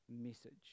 message